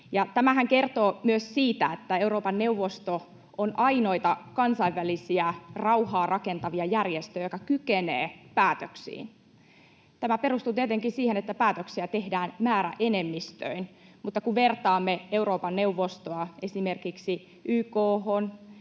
Tämähän kertoo myös siitä, että Euroopan neuvosto on ainoita kansainvälisiä rauhaa rakentavia järjestöjä, jotka kykenevät päätöksiin. Tämä perustuu tietenkin siihen, että päätöksiä tehdään määräenemmistöin. Kun vertaamme Euroopan neuvostoa esimerkiksi YK:hon